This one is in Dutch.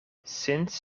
sinds